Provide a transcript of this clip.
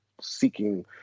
seeking